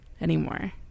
anymore